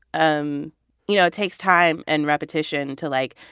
um you know, it takes time and repetition to, like,